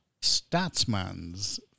Statsman's